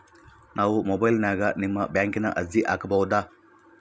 ನಾವು ಮೊಬೈಲಿನ್ಯಾಗ ನಿಮ್ಮ ಬ್ಯಾಂಕಿನ ಅರ್ಜಿ ಹಾಕೊಬಹುದಾ?